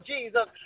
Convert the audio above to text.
Jesus